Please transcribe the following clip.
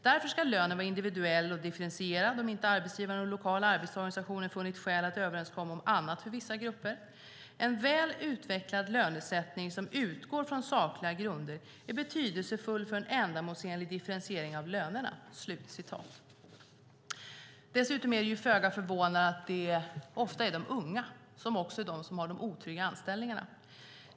Därför ska lönen vara individuell och differentierad, om inte arbetsgivaren och den lokala arbetstagarorganisationen funnit skäl att överenskomma om annat för vissa grupper. En väl utvecklad lönesättning som utgår från sakliga grunder är betydelsefull för en ändamålsenlig differentiering av lönerna." Dessutom är det föga förvånande att det ofta är de unga som också är de som har de otrygga anställningarna.